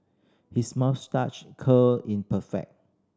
his moustache curl in perfect